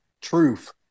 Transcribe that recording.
truth